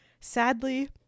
Sadly